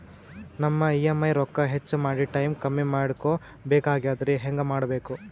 ನಮ್ಮ ಇ.ಎಂ.ಐ ರೊಕ್ಕ ಹೆಚ್ಚ ಮಾಡಿ ಟೈಮ್ ಕಮ್ಮಿ ಮಾಡಿಕೊ ಬೆಕಾಗ್ಯದ್ರಿ ಹೆಂಗ ಮಾಡಬೇಕು?